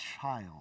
child